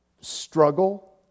struggle